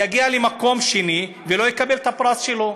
יגיע למקום שני ולא יקבל את הפרס שלו?